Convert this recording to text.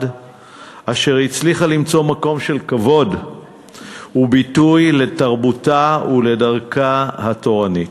אשר הצליחה למצוא מקום של כבוד וביטוי לתרבותה ולדרכה התורנית.